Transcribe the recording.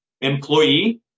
employee